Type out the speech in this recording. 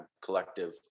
collective